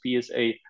PSA